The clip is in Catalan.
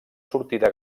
sortida